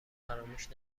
فراموش